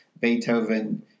Beethoven